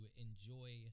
enjoy